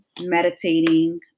meditating